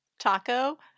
Taco